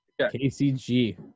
KCG